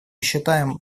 считаем